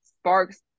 sparks